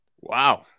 Wow